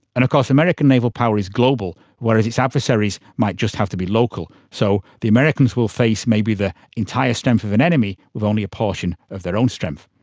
and of course american naval power is a global, whereas its adversaries might just have to be local. so the americans will face maybe the entire strength of an enemy with only a portion of their own strength.